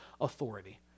authority